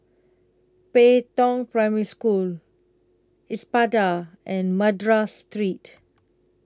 Pei Tong Primary School Espada and Madras Street